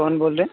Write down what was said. کون بول رہے ہیں